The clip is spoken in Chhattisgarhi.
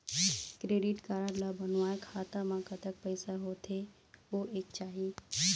क्रेडिट कारड ला बनवाए खाता मा कतक पैसा होथे होएक चाही?